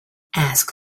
ask